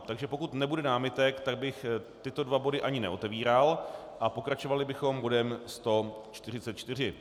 Takže pokud nebude námitek, tak bych tyto dva body ani neotevíral a pokračovali bychom bodem 144.